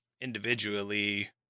individually